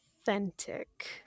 authentic